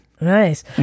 Nice